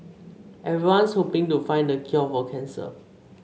everyone's hoping to find the cure for cancer